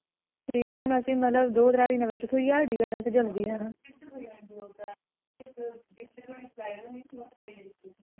ते हू'न असें मतलब दो त्रै दिनें विच थ्होई जाग टिकट असैं जल्दी जाना